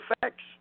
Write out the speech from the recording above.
facts